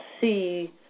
see